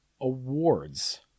awards